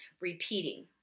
repeating